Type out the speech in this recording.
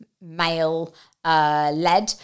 male-led